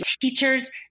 Teachers